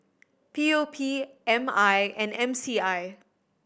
P O P M I and M C I